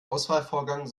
auswahlvorgang